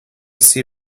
see